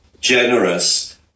generous